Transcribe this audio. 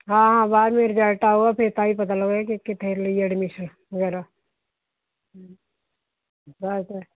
ਹਾਂ ਬਾਅਦ ਮੇ ਰਿਜ਼ਲਟ ਆਵੇ ਫਿਰ ਤਾਂ ਹੀ ਪਤਾ ਲੱਗਣਾ ਕਿ ਕਿੱਥੇ ਲਈ ਐਡਮੀਸ਼ਨ ਵਗੈਰਾ ਬਾਅਦ ਮੇ